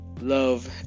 love